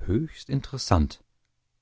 höchst interessant